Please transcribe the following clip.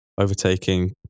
overtaking